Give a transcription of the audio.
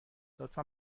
لطفا